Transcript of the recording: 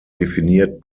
definiert